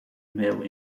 male